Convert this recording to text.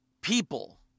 people